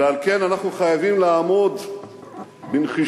ועל כן אנו חייבים לעמוד בנחישות,